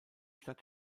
stadt